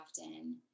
often